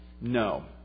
No